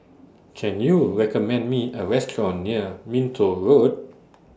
Can YOU recommend Me A Restaurant near Minto Road